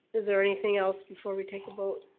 is there anything else before we take a vote?